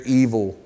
evil